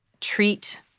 treat